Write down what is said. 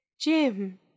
Jim